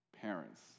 parents